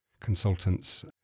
consultants